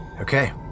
Okay